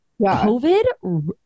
COVID